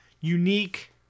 unique